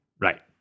right